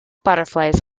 butterflies